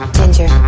ginger